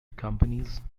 companies